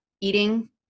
eating